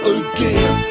again